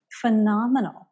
phenomenal